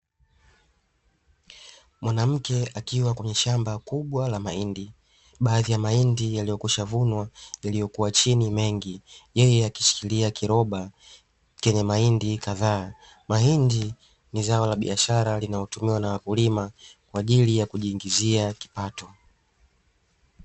Mwanamke akiwa kwenye shamba kubwa la mahindi. Baadhi ya mahindi yamekwishavunwa yaliyokuwa chini mengi, yeye akishikilia kiroba chenye mahindi kadhaa. Mahindi ni zao la biashara linalotumiwa na wakulima kwa ajili ya kujiingizia kipato.